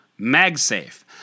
MagSafe